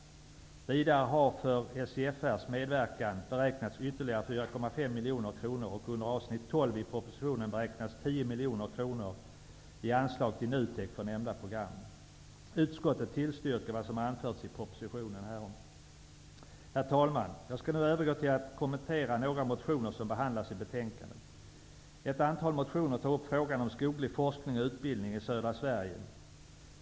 Vidare har för SJFR:s medverkan beräknats ytterligare 4,5 miljoner kronor, och under avsnitt 12 i propositionen beräknas 10 miljoner kronor i anslag till NUTEK Herr talman! Jag skall nu övergå till att kommentera några motioner som behandlas i betänkandet. I ett antal motioner tas frågan om skoglig forskning och utbildning i södra Sverige upp.